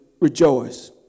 rejoice